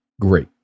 Great